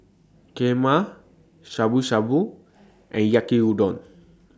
Kheema Shabu Shabu and Yaki Udon